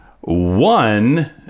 One